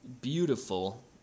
beautiful